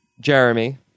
Jeremy